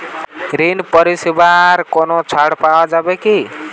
ঋণ পরিশধে কোনো ছাড় পাওয়া যায় কি?